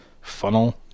funnel